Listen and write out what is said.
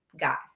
Guys